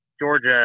Georgia